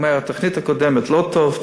הוא אומר: התוכנית הקודמת לא טובה,